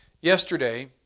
Yesterday